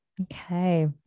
Okay